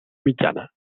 mitjana